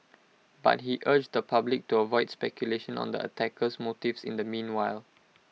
but he urged the public to avoid speculation on the attacker's motives in the meanwhile